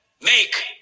make